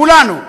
כולנו.